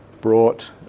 brought